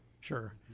sure